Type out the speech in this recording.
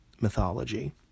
mythology